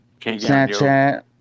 Snapchat